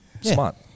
smart